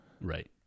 Right